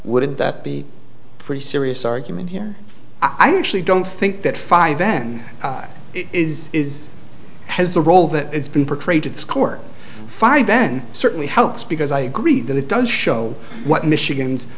wouldn't that be pretty serious argument here i actually don't think that five then is is has the role that it's been portrayed to score five then certainly helps because i agree that it does show what michigan's